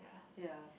ya